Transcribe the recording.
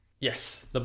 Yes